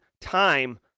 time